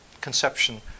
conception